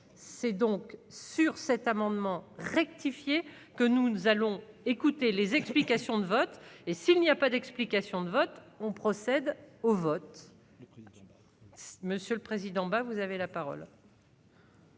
c'est donc sur cet amendement rectifié, que nous allons écouter les explications de vote et s'il n'y a pas d'explication de vote on procède. Au vote le prix. Monsieur le président, ben, vous avez la parole.